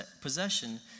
possession